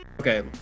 okay